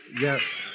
Yes